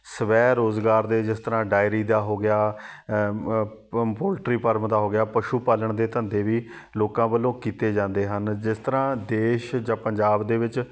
ਸਵੈ ਰੋਜ਼ਗਾਰ ਦੇ ਜਿਸ ਤਰ੍ਹਾਂ ਡਾਇਰੀ ਦਾ ਹੋ ਗਿਆ ਪਮ ਪੋਲਟਰੀ ਫਾਰਮ ਦਾ ਹੋ ਗਿਆ ਪਸ਼ੂ ਪਾਲਣ ਦੇ ਧੰਦੇ ਵੀ ਲੋਕਾਂ ਵੱਲੋਂ ਕੀਤੇ ਜਾਂਦੇ ਹਨ ਜਿਸ ਤਰ੍ਹਾਂ ਦੇਸ਼ ਜਾਂ ਪੰਜਾਬ ਦੇ ਵਿੱਚ